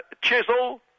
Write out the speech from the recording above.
chisel